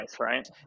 right